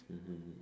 mmhmm